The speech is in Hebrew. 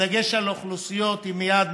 בדגש על אוכלוסיות יעד,